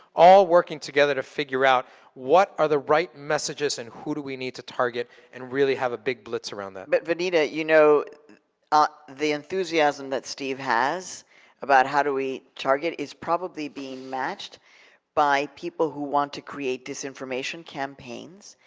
all working together to figure out what are the right messages and who do we need to target and really have a big blitz around that. but vanita, you know ah the enthusiasm that steve has about how do we target is probably being matched by people who want to create disinformation campaigns.